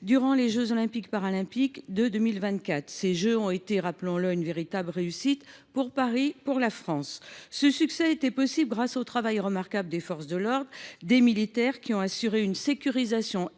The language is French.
durant les jeux Olympiques et Paralympiques (JOP) de 2024. Ces Jeux ont été, rappelons le, une véritable réussite pour Paris et pour la France. Ce succès a été possible grâce au travail remarquable des forces de l’ordre et des militaires, qui ont assuré une sécurisation